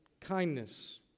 kindness